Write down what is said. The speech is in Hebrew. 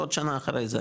ועוד שנה אחרי זה.